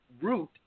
root